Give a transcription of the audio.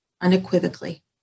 unequivocally